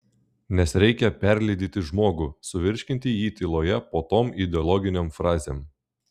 nes reikia perlydyti žmogų suvirškinti jį tyloje po tom ideologinėm frazėm